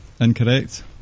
Incorrect